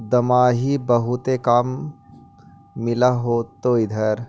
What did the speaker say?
दमाहि बहुते काम मिल होतो इधर?